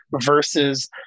versus